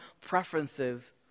preferences